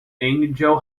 angel